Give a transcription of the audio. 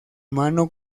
mano